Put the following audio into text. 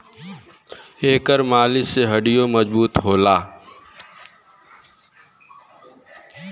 एकर मालिश से हड्डीयों मजबूत होला